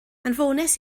anfonais